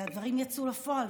והדברים יצאו לפועל.